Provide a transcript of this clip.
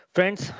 Friends